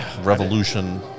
revolution